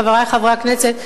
חברי חברי הכנסת,